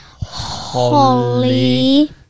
Holly